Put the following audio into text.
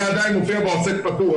זה עדיין מופיע בעוסק פטור,